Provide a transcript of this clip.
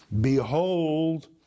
Behold